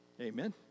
Amen